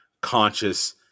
conscious